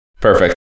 perfect